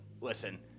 listen